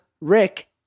Rick